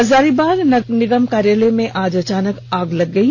हजारीबाग नगर निगम कार्यालय में आज अचानक आग लग गयी